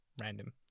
random